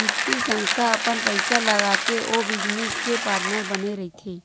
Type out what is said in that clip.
बित्तीय संस्था अपन पइसा लगाके ओ बिजनेस के पार्टनर बने रहिथे